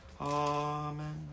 Amen